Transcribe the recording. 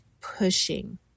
pushing